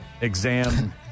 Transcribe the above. exam